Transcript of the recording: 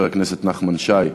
2312,